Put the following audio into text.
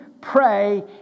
pray